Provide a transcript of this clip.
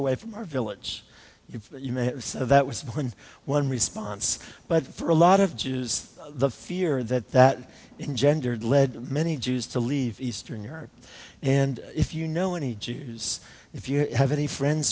away from our village if that was one one response but for a lot of jews the fear that that engendered led many jews to leave eastern europe and if you know any jews if you have any friends